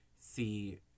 see